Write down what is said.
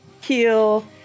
heal